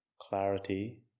clarity